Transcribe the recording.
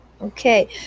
Okay